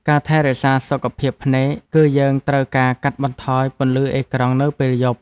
ការថែរក្សាសុខភាពភ្នែក គឺយើងត្រូវការកាត់បន្ថយពន្លឺអេក្រង់នៅពេលយប់។